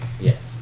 yes